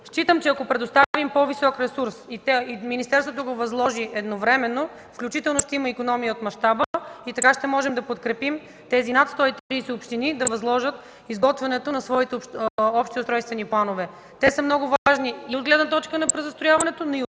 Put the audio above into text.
Считам, че ако предоставим по-висок ресурс и министерството го възложи едновременно, включително ще има икономия от мащаба и така ще можем да подкрепим тези над 130 общини да възложат изготвянето на своите общи устройствени планове. Те са много важни и от гледна точка на презастрояването, но и